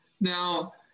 Now